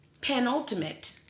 penultimate